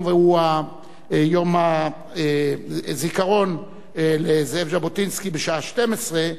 הוא יום הזיכרון לזאב ז'בוטינסקי בשעה 12:00,